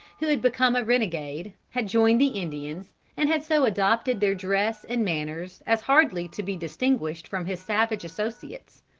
who had become a renegade, had joined the indians, and had so adopted their dress and manners as hardly to be distinguished from his savage associates.